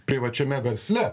privačiame versle